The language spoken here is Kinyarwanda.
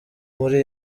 muri